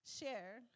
share